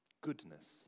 goodness